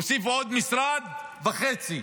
הוסיפו עוד משרד וחצי.